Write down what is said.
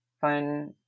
fun